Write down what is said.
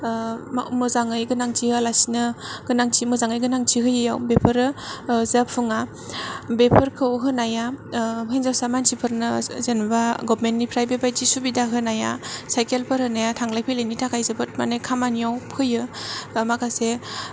मोजाङै गोनांथि होयालासिनो गोनांथि मोजाङै गोनांथि होयैआव बेफोरो जाफुङा बेफोरखौ होनाया हिन्जावसा मानसिफोरनो जेन'बा गभमेन्ट निफ्राय बेबादि सुबिदा होनाया साइकेल फोर होनाया थांलाय फैलायनि थाखाय जोबोर माने खामानियाव फैयो माखासे